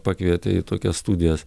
pakvietė į tokias studijas